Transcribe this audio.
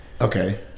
Okay